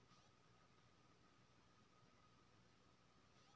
हमर ऑनलाइन कर्जा भरै के तारीख केना पता चलते?